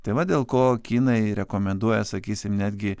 tai va dėl ko kinai rekomenduoja sakysim netgi